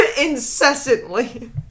Incessantly